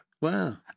Wow